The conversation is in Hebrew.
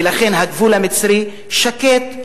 ולכן הגבול המצרי שקט.